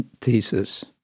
thesis